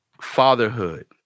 fatherhood